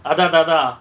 அத ததா:atha thathaa